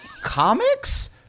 comics